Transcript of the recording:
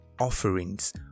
offerings